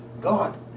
God